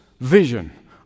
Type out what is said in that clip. vision